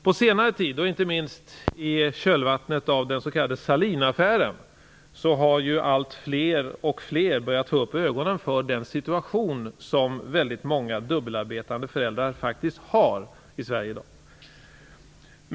På senare tid, och inte minst i kölvattnet av den s.k. Sahlinaffären, har allt fler börjat få upp ögonen för den situation som väldigt många dubbelarbetande föräldrar i Sverige i dag faktiskt befinner sig i.